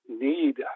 need